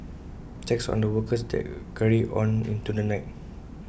checks on the workers there carried on into the night